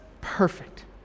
perfect